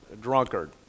drunkard